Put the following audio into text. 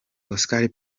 oscar